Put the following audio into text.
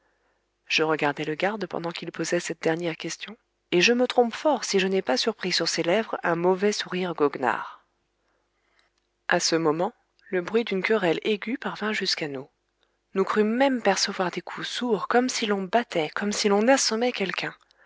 je regardais le garde pendant qu'il posait cette dernière question et je me trompe fort si je n'ai pas surpris sur ses lèvres un mauvais sourire goguenard à ce moment le bruit d'une querelle aiguë parvint jusqu'à nous nous crûmes même percevoir des coups sourds comme si l'on battait comme si l'on assommait quelqu'un